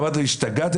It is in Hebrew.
אמרתי להם: השתגעתם?